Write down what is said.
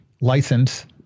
license